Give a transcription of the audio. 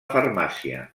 farmàcia